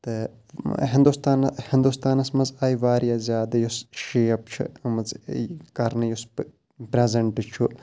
تہٕ ہِندُستان ہِندُستانَس منٛز آیہِ واریاہ زیادٕ یُس شیپ چھِ آمٕژ کَرنہٕ یُس پریٚزَنٹہٕ چھُ